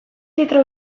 litro